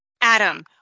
Adam